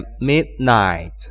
midnight